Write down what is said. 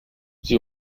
sie